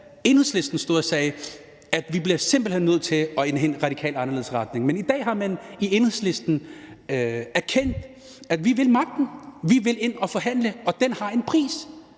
Enhedslisten stod og sagde, at vi simpelt hen bliver nødt til at gå i en helt radikalt anderledes retning, men i dag har man i Enhedslisten erkendt, at man vil magten, at man vil ind at forhandle, og det har en pris.